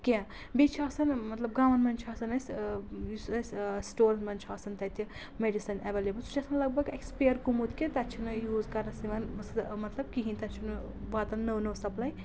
کینٛہہ بیٚیہِ چھُ آسان مطلب گامَن منٛز چھُ آسان اَسہِ یُس اَسہِ سٹورَن منٛز چھُ آسان تَتہِ میڈِسَن اؠویلیبٕل سُہ چھُ آسَان لگ بگ ایٚکٕسپایر گوٚمُت کہِ تَتہِ چھُنہٕ یوٗز کَرنَس یِوان مطلب کِہیٖنۍ تَتہِ چھُنہٕ واتان نٔو نٔو سَپلاے